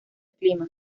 clima